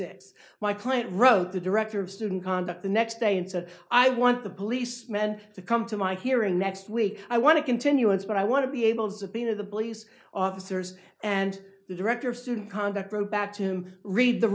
six my client wrote the director of student conduct the next day and said i want the police men to come to my hearing next week i want to continuance but i want to be able to subpoena the police officers and the director of student conduct wrote back to him read the